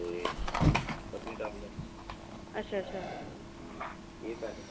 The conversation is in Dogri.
ते पतनीटाप जाना अच्छा अच्छा केह्